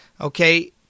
okay